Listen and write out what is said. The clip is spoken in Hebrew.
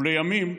ולימים,